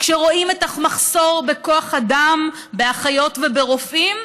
כשרואים את המחסור בכוח אדם באחיות וברופאים,